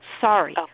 Sorry